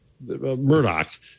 Murdoch